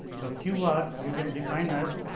the q r, we will define as